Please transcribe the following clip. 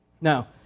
Now